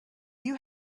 you